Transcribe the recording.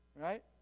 Right